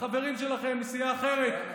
החברים שלכם מסיעה אחרת.